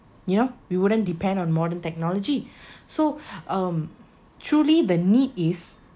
you know we wouldn't depend on modern technology so um truly the need is